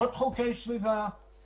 עוד חוקי סביבה,